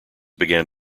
began